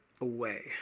away